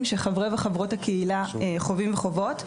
שחברי וחברות הקהילה חווים וחוות.